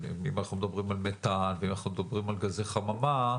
אם אנחנו מדברים על מתאן וגזי חממה,